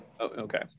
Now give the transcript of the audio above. Okay